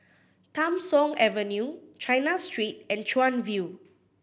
Tham Soong Avenue China Street and Chuan View